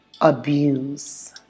abuse